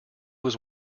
was